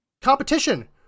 competition